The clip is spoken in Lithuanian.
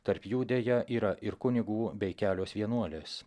tarp jų deja yra ir kunigų bei kelios vienuolės